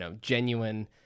genuine